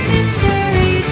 Mystery